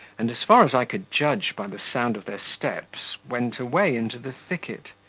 and, as far as i could judge by the sound of their steps, went away into the thicket.